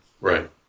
Right